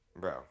bro